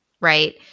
right